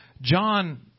John